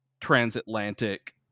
transatlantic